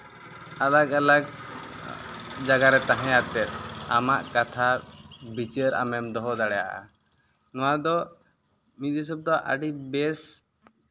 ᱟᱞᱟᱜᱽ ᱟᱞᱟᱜᱽ ᱡᱟᱭᱜᱟ ᱨᱮ ᱛᱟᱦᱮᱸ ᱠᱟᱛᱮ ᱟᱢᱟᱜ ᱠᱟᱛᱷᱟ ᱵᱤᱪᱟᱹᱨ ᱟᱢᱮᱢ ᱫᱚᱦᱚ ᱫᱟᱲᱮᱭᱟᱜᱼᱟ ᱱᱚᱣᱟ ᱫᱚ ᱢᱤᱫ ᱦᱤᱥᱟᱹᱵ ᱫᱚ ᱟᱹᱰᱤ ᱵᱮᱥ